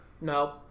No